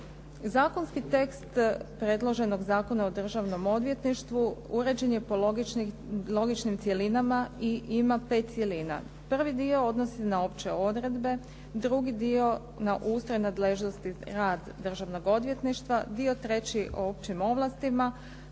Zakonski tekst predloženog Zakona o državnom odvjetništvu uređen je po logičnim cjelinama i ima 5 cjelina. Prvi dio odnosi se na opće odredbe, drugi dio na ustroj nadležnosti rad državnog odvjetništva, dio treći o općim ovlastima,